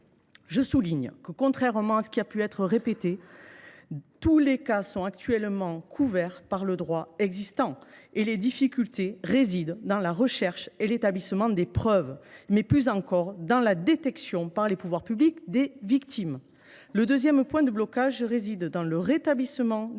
Je souligne que, contrairement à ce qui a pu être répété, tous les cas sont actuellement couverts par le droit existant. Les difficultés résident dans la recherche et l’établissement de preuves, mais plus encore dans la détection des victimes par les pouvoirs publics. Le deuxième point de blocage réside dans le rétablissement des articles